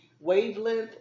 wavelength